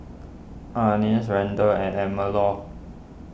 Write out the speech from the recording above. Anice Randel and Elmore